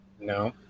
No